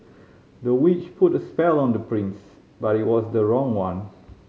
the witch put a spell on the prince but it was the wrong one